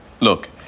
Look